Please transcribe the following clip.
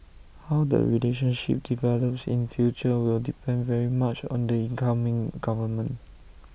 how the relationship develops in future will depend very much on the incoming government